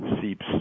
seeps